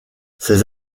ces